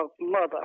mother